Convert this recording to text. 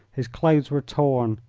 his clothes were torn,